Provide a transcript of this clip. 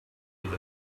with